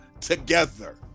together